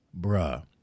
bruh